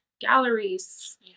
galleries